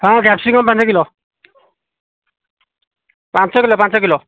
ହଁ କ୍ୟାପ୍ସିକମ ପାଞ୍ଚ କିଲୋ ପାଞ୍ଚ କିଲୋ ପାଞ୍ଚ କିଲୋ